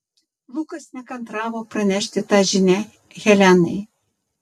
lukas nekantravo pranešti tą žinią helenai